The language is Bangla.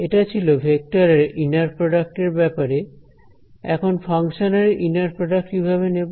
এটা ছিল ভেক্টরের ইনার প্রডাক্ট এর ব্যাপারে এখন ফাংশানের ইনার প্রডাক্ট কিভাবে নেব